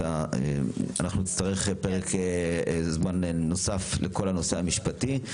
אנחנו נצטרך פרק זמן נוסף לכל הנושא המשפטי.